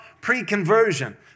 pre-conversion